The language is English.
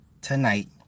tonight